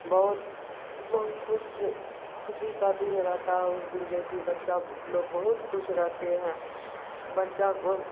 بہت بہت خوش خوشی کا دن رہتا ہے اس دن جو کہ بچہ لوگ بہت خوش رہتے ہیں بچہ کو